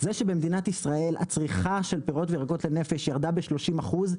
זה שבמדינת ישראל הצריכה של פירות וירקות לנפש ירדה ב-30 אחוז,